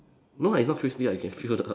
no it's no crispy ah I can feel the